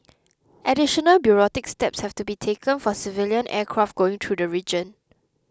additional bureaucratic steps have to be taken for civilian aircraft going through the region